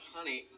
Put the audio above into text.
Honey